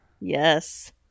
Yes